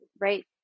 right